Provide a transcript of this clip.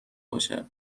باشه